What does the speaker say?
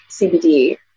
CBD